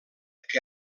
que